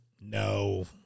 No